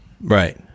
Right